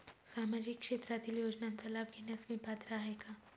सामाजिक क्षेत्रातील योजनांचा लाभ घेण्यास मी पात्र आहे का?